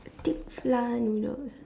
thick flour noodles